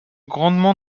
grandement